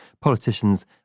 politicians